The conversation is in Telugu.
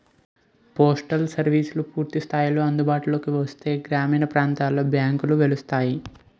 పోస్టల్ సర్వీసెస్ పూర్తి స్థాయిలో అందుబాటులోకి వస్తే గ్రామీణ ప్రాంతాలలో బ్యాంకులు వెలుస్తాయి